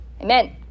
Amen